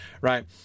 right